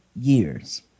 years